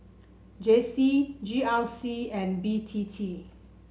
J C G R C and B T T